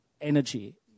energy